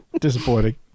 Disappointing